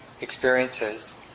experiences